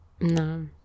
No